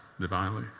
divinely